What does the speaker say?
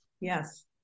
Yes